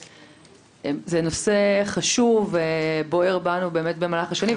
זה נושא חשוב ובוער בנו באמת במהלך השנים,